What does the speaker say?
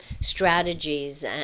strategies